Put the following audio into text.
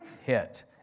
hit